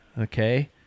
Okay